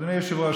אדוני היושב-ראש,